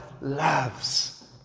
loves